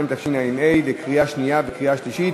22), התשע"ה 2014, לקריאה שנייה וקריאה שלישית.